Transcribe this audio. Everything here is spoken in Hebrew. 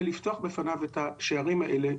ולפתוח בפניו את השערים האלה.